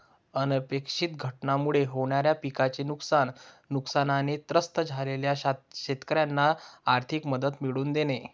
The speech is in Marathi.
अनपेक्षित घटनांमुळे होणाऱ्या पिकाचे नुकसान, नुकसानाने त्रस्त झालेल्या शेतकऱ्यांना आर्थिक मदत मिळवून देणे